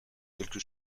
quelque